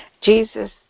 Jesus